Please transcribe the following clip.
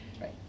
right